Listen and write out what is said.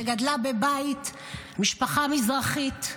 שגדלה בבית למשפחה מזרחית,